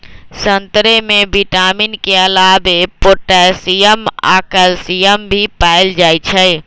संतरे में विटामिन के अलावे पोटासियम आ कैल्सियम भी पाएल जाई छई